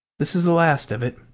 this is the last of it.